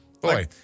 Boy